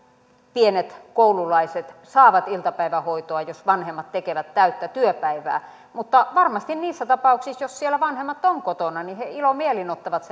pienet koululaiset saavat iltapäivähoitoa jos vanhemmat tekevät täyttä työpäivää mutta varmasti niissä tapauksissa jos siellä vanhemmat ovat kotona he ilomielin ottavat